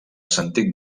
sentit